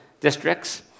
districts